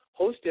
hosted